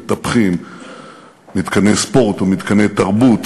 מטפחים מתקני ספורט ומתקני תרבות,